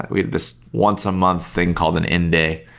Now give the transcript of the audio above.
we had this once a month thing called an in-day.